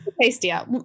tastier